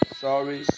sorry